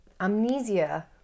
amnesia